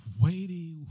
weighty